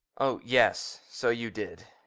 oh, yes so you did.